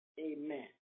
Amen